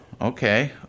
okay